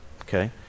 okay